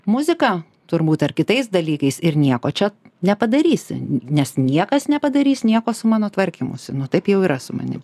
muzika turbūt ar kitais dalykais ir nieko čia nepadarysi nes niekas nepadarys nieko su mano tvarkymusi nu taip jau yra su manim